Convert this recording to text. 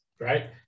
right